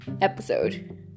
episode